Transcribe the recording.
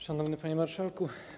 Szanowny Panie Marszałku!